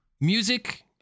music